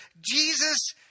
Jesus